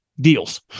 deals